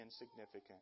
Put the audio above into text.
insignificant